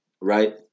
right